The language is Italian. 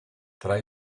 tra